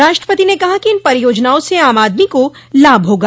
राष्ट्रपति ने कहा कि इन परियोजनाओं से आम आदमी को लाभ होगा